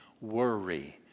worry